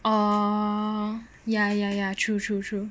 orh ya ya ya true true true